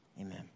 amen